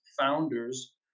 founders